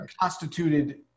constituted